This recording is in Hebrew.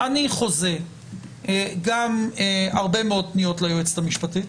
אני חוזה הרבה מאוד פניות ליועצת המשפטית